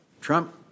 Trump